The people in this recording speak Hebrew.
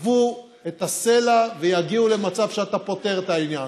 ייקבו את הסלע ויגיעו למצב שאתה פותר את העניין.